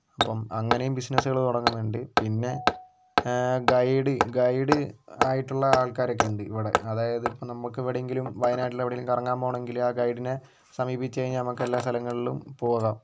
അപ്പം അങ്ങനെയും ബിസിനസ്സുകള് തുടങ്ങുന്നുണ്ട് പിന്നെ ഗൈഡ് ഗൈഡ് ആയിട്ടുള്ള ആൾക്കാരൊക്കെ ഉണ്ട് ഇവിടെ അതായത് ഇപ്പം നമുക്കെവിടേങ്കിലും വയനാട്ടിലെവിടേങ്കിലും കറങ്ങാൻ പോകണമെങ്കില് ആ ഗൈഡിനെ സമീപിച്ച് കഴിഞ്ഞാൽ നമുക്ക് എല്ലാ സ്ഥലങ്ങളിലും പോകാം